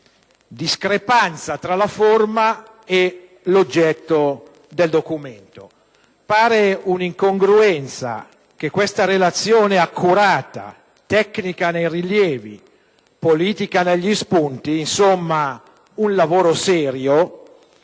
discrepanza tra la forma e l'oggetto del documento.